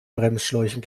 bremsschläuchen